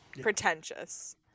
pretentious